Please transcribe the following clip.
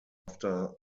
after